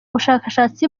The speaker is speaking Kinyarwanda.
bushakashatsi